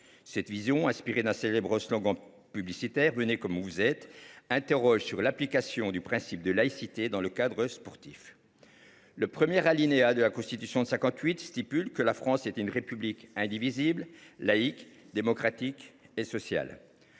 Cette vision, inspirée d’un célèbre slogan publicitaire –« Venez comme vous êtes »–, interroge sur l’application du principe de laïcité dans le cadre sportif. Le premier alinéa de l’article premier de la Constitution de 1958 dispose que « la France est une République indivisible, laïque, démocratique et sociale